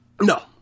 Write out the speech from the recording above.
No